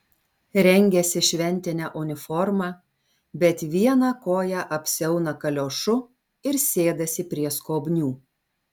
rengiasi šventine uniforma bet vieną koją apsiauna kaliošu ir sėdasi prie skobnių